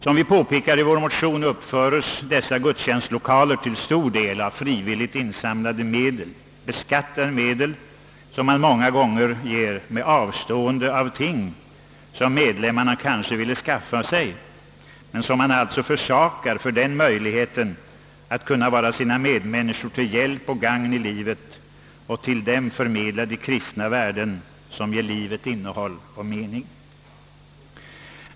Som påpekas i motionen bekostas uppförandet av dessa gudstjänstlokaler till stor del av insamlade medel, beskattade pengar som medlemmarna ger, många gånger med avstående från ting som de skulle vilja skaffa sig men som de försakar för att kunna vara sina medmänniskor till gagn och hjälp i livet och för att till dem kunna förmedla de kristna värden som skänker livet innehåll och mening.